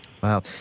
Wow